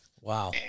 Wow